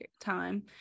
time